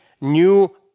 new